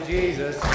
Jesus